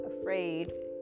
afraid